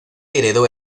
heredó